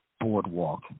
boardwalk